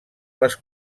les